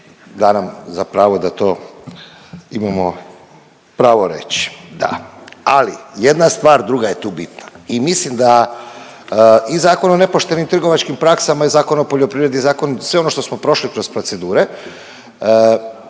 da nam za pravo da to imamo pravo reći, da, ali jedan stvar druga je tu bitna i mislim da i Zakon o nepoštenim trgovačkim praksama i Zakon o poljoprivredi i zakon, sve ono što smo prošli kroz procedure,